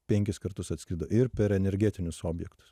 penkis kartus atskrido ir per energetinius objektus